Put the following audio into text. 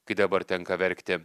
kai dabar tenka verkti